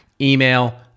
email